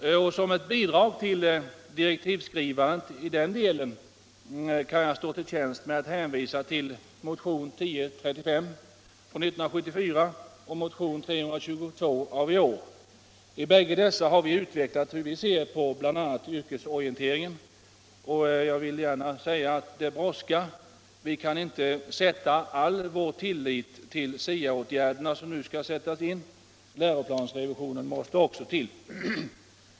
Som ett bidrag till direktivskrivandet i den delen kan jag stå till tjänst med att hänvisa till motion 1035 från 1974 och motion 322 av i år. I bägge dessa har vi utvecklat hur vi ser på bl.a. yrkesorienteringen. Jag vill understryka att det brådskar. Vi kan inte sätta all vår lit till SIA-åtgärderna som nu skall genomföras. Läroplansrevisionen måste också till.